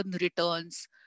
returns